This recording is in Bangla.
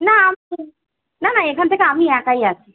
না না না এখান থেকে আমি একাই আছি